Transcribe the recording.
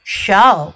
show